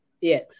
Yes